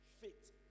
fit